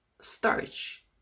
starch